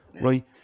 Right